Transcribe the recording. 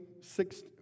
six